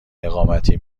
اقامتی